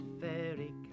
fairy